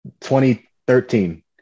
2013